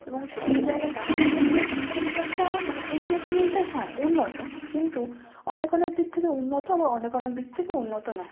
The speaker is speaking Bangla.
এবং সে এই জায়গাটা খুবই খুব একটা মানে উন্নত বলতে হ্যাঁ উন্নত কিন্তু অনেক অনেক দিক থেকে উন্নত আবার অনেক অনেক দিক থেকে উন্নত না